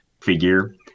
figure